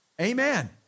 Amen